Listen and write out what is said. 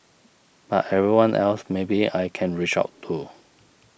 but everyone else maybe I can reach out to